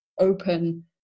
open